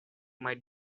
might